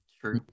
True